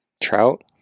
trout